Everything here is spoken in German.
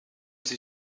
sie